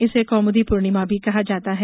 इसे कौमुदी पूर्णिमा भी कहा जाता है